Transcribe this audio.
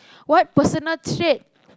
what personal trait